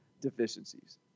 deficiencies